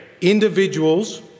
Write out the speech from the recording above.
Individuals